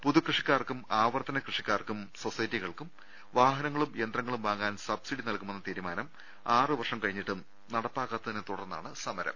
പുതു കൃഷിക്കാർക്കും ആവർത്തന കൃഷിക്കാർക്കും സൊസൈ റ്റികൾക്കും വാഹനങ്ങളും യന്ത്രങ്ങളും വാങ്ങാൻ സബ്സിഡി നൽകുമെന്ന തീരുമാനം ആറു വർഷം കഴിഞ്ഞിട്ടും നടപ്പാക്കാ ത്തതിനെ തുടർന്നാണ് സമരം